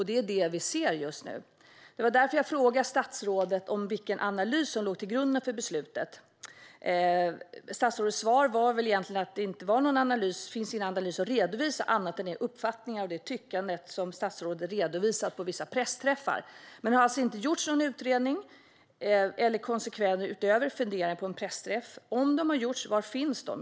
Det är detta vi ser just nu. Det var därför jag frågade statsrådet om vilken analys som låg till grund för beslutet. Statsrådets svar var väl egentligen att det inte finns någon analys att redovisa utöver de uppfattningar och det tyckande som han redovisat på vissa pressträffar. Har det alltså inte gjorts någon utredning eller någon konsekvensanalys utöver funderingar på en pressträff? Om någon sådan har gjorts, var finns den?